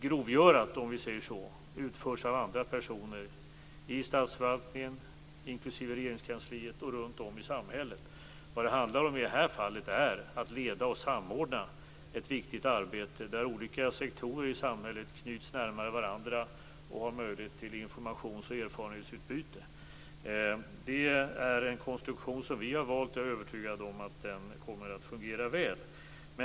Det s.k. grovgörat utförs av andra personer i statsförvaltningen, inklusive Regeringskansliet, och runt om i samhället. I det här fallet handlar det om att leda och samordna ett viktigt arbete där olika sektorer i samhället knyts närmare varandra och får möjlighet till informations och erfarenhetsutbyte. Vi har valt den konstruktionen, och jag är övertygad om att den kommer att fungera väl.